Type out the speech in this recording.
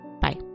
Bye